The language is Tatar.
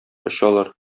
очалар